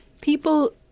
people